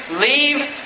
leave